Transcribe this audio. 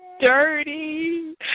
dirty